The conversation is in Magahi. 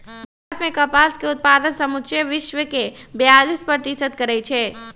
भारत मे कपास के उत्पादन समुचे विश्वके बेयालीस प्रतिशत करै छै